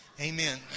Amen